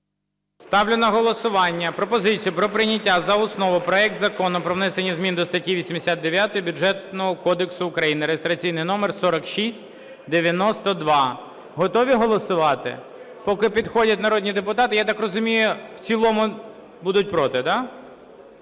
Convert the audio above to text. Ставлю на голосування пропозицію про прийняття за основу проект Закону про внесення змін до статті 89 Бюджетного кодексу України (реєстраційний номер 4692). Готові голосувати? Поки підходять народні депутати, я так розумію, в цілому будуть проти, да?